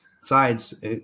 sides